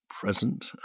present